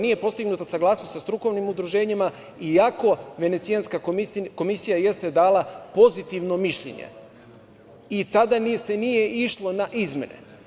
Nije postignuta je saglasnost sa strukovnim udruženjima, iako Venecijanska komisija jeste dala pozitivno mišljenje i tada se nije išlo na izmene.